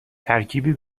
ترکیبی